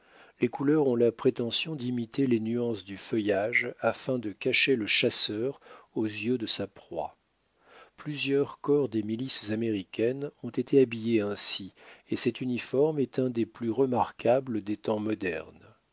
les couleurs ont la prétention d'imiter les nuances du feuillage afin de cacher le chasseur aux yeux de sa proie plusieurs corps des milices américaines ont été habillés ainsi et cet uniforme est un des plus remarquables des temps modernes